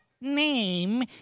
name